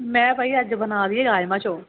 ले भई अज्ज बना दी राजमांह् चौल